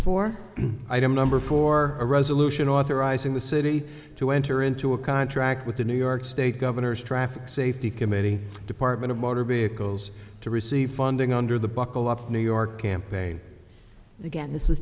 four item number four a resolution authorizing the city to enter into a contract with the new york state governors traffic safety committee department of motor vehicles to receive funding under the buckle up new york campaign again this is